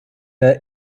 der